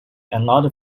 another